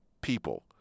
people